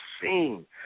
seen